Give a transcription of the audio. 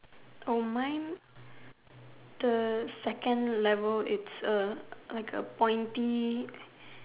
mine the second level it's a like a pointy